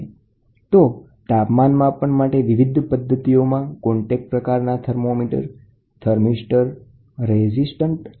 તો તાપમાન માપન માટે વિવિધ પદ્ધતિઓમાં કોન્ટેક ટાઇપ સેન્સર્સ નીચે પ્રમાણે વર્ગીકૃત છે